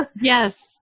Yes